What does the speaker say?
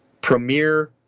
premier